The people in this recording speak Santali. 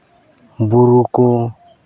ᱵᱩᱨᱩ ᱠᱚ